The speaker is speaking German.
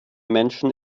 menschen